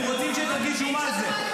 הם רוצים שתרגישו מה זה.